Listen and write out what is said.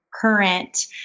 current